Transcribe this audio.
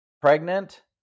pregnant